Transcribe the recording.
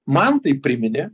man tai priminė